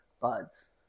buds